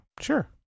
sure